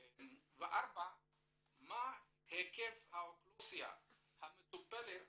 4. מה היקף האוכלוסייה המטופלת